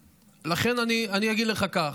לכן אני אגיד לך כך: